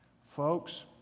Folks